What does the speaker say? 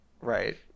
right